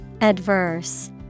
Adverse